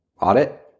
audit